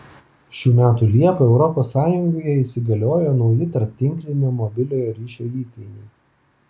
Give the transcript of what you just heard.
šių metų liepą europos sąjungoje įsigaliojo nauji tarptinklinio mobiliojo ryšio įkainiai